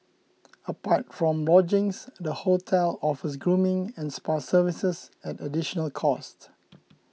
apart from lodgings the hotel offers grooming and spa services at additional cost